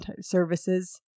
services